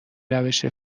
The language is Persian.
روش